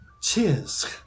Cheers